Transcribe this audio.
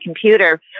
computer